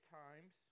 times